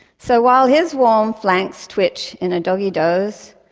so while his warm flanks twitch in a doggie doze,